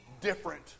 different